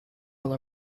will